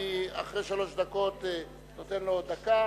אני אחרי שלוש דקות נותן לו דקה.